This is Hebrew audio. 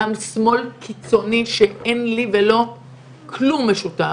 גם שמאל קיצוני שאין לי ולו כלום משותף